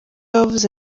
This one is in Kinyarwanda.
wavuze